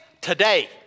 today